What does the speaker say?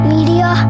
Media